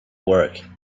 work